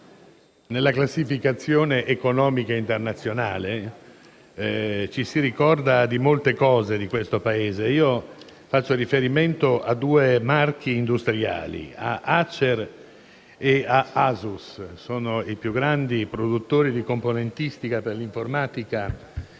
nella classificazione economica internazionale ci si ricorda di molti aspetti di questo Paese. Faccio riferimento a due marchi industriali: Acer e Asus. Sono i più grandi produttori di componentistica per informatica del